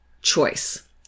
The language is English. choice